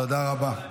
תודה רבה.